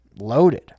loaded